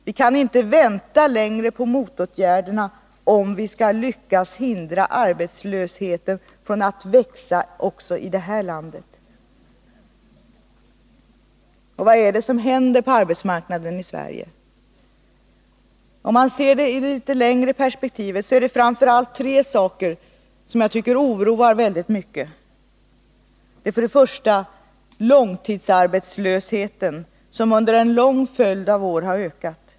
Vi kan inte vänta längre på motåtgärderna, om vi skall lyckas hindra arbetslösheten från att växa också i detta land. Och vad är det som händer på den svenska arbetsmarknaden? Om man ser det i ett litet längre perspektiv är det framför allt tre saker som jag tycker oroar väldigt mycket. Den första gäller långtidsarbetslösheten, som under en lång följd av år har ökat.